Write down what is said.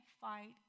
fight